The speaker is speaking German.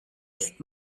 ist